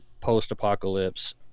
post-apocalypse